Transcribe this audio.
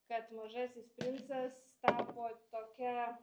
kad mažasis princas tapo tokia